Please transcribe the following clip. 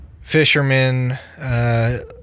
fishermen